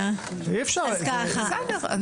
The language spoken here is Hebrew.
בסדר,